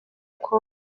congo